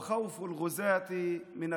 (אומר בערבית: פחד הפולשים מהזיכרונות,